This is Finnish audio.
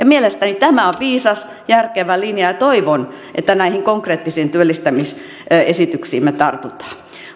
mielestäni tämä on viisas järkevä linja ja toivon että näihin konkreettisiin työllistämisesityksiimme tartutaan